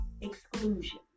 exclusion